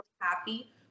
happy